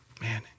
man